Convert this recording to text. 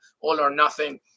all-or-nothing